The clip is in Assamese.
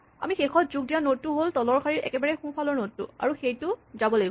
আমি শেষত যোগ দিয়া নড টো হ'ল তলৰ শাৰীৰ একেবাৰে সোঁফালৰ নড টো আৰু সেইটো যাব লাগিব